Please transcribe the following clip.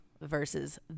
versus